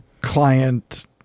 client